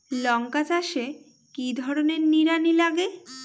লঙ্কা চাষে কি ধরনের নিড়ানি লাগে?